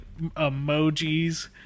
emojis